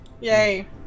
Yay